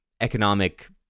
economic